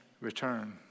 return